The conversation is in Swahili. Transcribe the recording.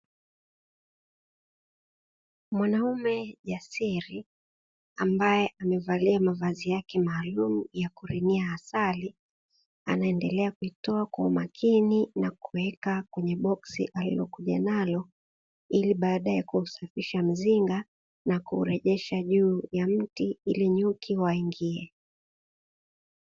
Mwanaume jasiri ambaye amevalia mavazi yake maalumu, a kurenyia asali, anaendelea kuitoa kwa umakini na kuweka kwenye boksi alilokuja nalo ili baadaye kuusafisha mzinga na kuurejesha juu ya mti ili nyuki waingie.